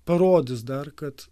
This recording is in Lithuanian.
parodys dar kad